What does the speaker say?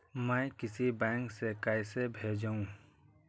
मैं किसी बैंक से कैसे भेजेऊ